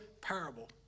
parable